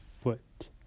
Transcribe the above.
foot